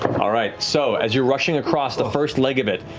all right, so as you're rushing across the first leg of it,